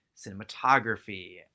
cinematography